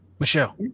Michelle